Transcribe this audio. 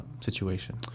situation